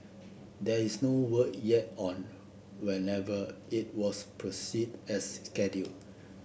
there is no word yet on whenever it was proceed as scheduled